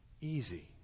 easy